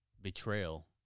betrayal